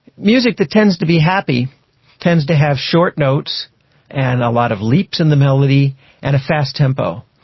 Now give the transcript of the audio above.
music that tends to be happy tends to have short notes and a lot of leaps in the melody and a fast tempo,